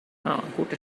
gute